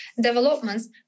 developments